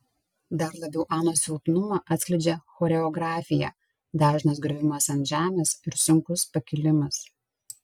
dar labiau anos silpnumą atskleidžia choreografija dažnas griuvimas ant žemės ir sunkus pakilimas